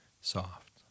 soft